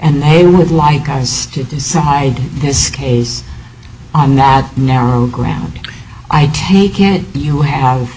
and they would like to decide this case on that narrow ground i take it you have